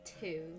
two